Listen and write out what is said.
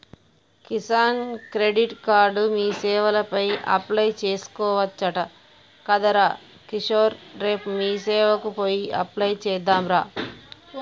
Kisan credit card మీసేవల apply చేసుకోవచ్చట గదరా కిషోర్ రేపు మీసేవకు పోయి అప్లై చెద్దాంరా